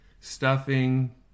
stuffing